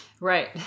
Right